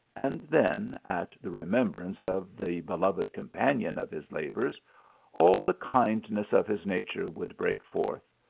and then at the remembrance of the beloved companion of his labours all the kind ness of his nature would break forth.